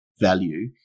value